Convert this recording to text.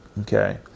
Okay